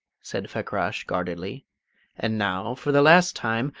said fakrash, guardedly and now, for the last time,